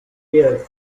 air